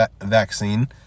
vaccine